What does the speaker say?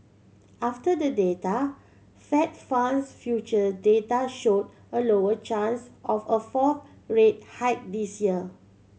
after the data Fed funds future data showed a lower chance of a fourth rate hike this year